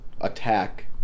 attack